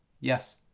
Yes